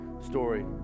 story